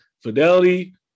fidelity